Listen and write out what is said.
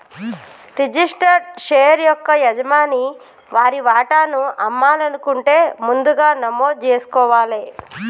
registered share యొక్క యజమాని వారి వాటాను అమ్మాలనుకుంటే ముందుగా నమోదు జేసుకోవాలే